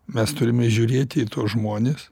mes turime žiūrėti į tuos žmones